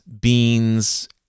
beans